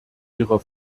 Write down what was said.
ihrer